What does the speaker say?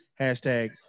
Hashtag